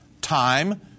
time